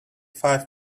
five